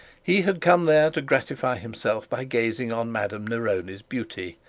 he had come there to gratify himself by gazing on madame neroni's beauty,